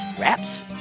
wraps